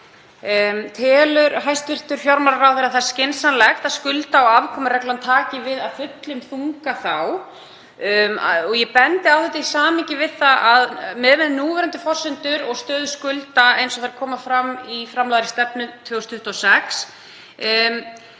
Telur hæstv. fjármálaráðherra skynsamlegt að skulda- og afkomureglan taki við af fullum þunga þá? Ég bendi á þetta í samhengi við það að miðað við núverandi forsendur og stöðu skulda, eins og þær koma fram í framlagðri stefnu 2026,